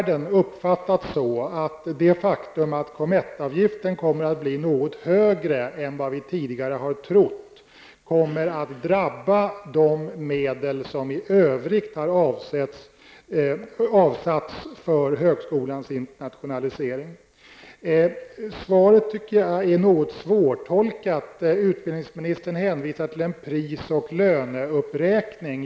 Det faktum att COMETT-avgiften kommer att bli något högre än vad vi tidigare trott har inom högskolevärlden uppfattats så, att det kommer att drabba de medel som i övrigt avsatts för högskolans internationalisering. Jag tycker att svaret är något svårtolkat. Utbildningsministern hänvisar till en pris och löneuppräkning.